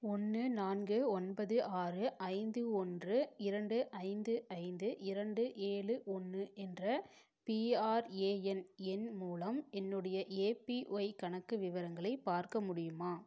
ஒன்று நான்கு ஒன்பது ஆறு ஐந்து ஒன்று இரண்டு ஐந்து ஐந்து இரண்டு ஏழு ஒன்று என்ற பிஆர்ஏஎன் எண் மூலம் என்னுடைய ஏபிஒய் கணக்கு விவரங்களை பார்க்க முடியுமா